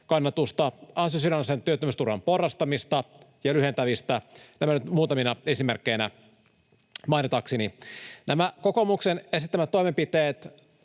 kannatusta — ja ansiosidonnaisen työttömyysturvan porrastamista ja lyhentämistä, nämä nyt muutamina esimerkkeinä mainitakseni. Nämä kokoomuksen esittämät toimenpiteet